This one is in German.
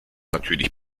natürlich